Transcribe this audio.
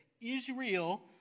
Israel